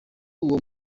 uwo